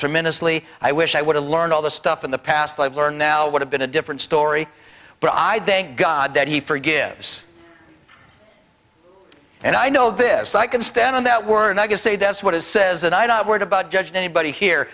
tremendously i wish i would have learned all the stuff in the past i've learned now would have been a different story but i'd thank god that he forgives and i know this i can stand on that were not to say that's what it says and i'm not worried about judging anybody here